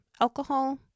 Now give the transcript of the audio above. Alcohol